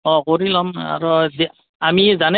অ কৰি ল'ম আৰু আমি জানে